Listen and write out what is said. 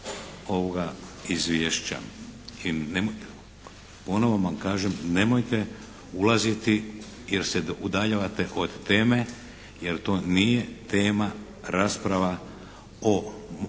ovoga Izvješća i nemojte, ponovno vam kažem nemojte ulaziti jer se udaljavate od teme jer to nije tema rasprava iz